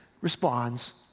responds